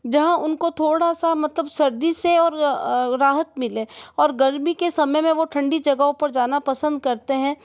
जहाँ उनको थोड़ा सा मतलब सर्दी से और राहत मिले और गर्मी के समय में वह ठंडी जगहों पर जाना पसंद करते हैं